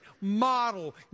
model